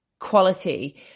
quality